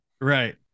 right